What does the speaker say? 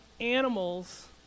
animals